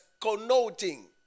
connoting